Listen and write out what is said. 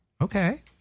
Okay